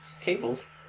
cables